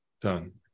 Done